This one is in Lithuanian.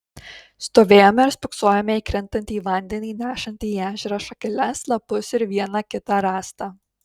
stovėjome ir spoksojome į krintantį vandenį nešantį į ežerą šakeles lapus ir vieną kitą rąstą